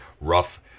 rough